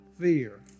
fear